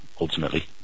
ultimately